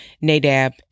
Nadab